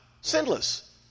sinless